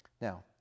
Now